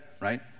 Right